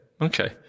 Okay